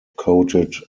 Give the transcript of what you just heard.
coated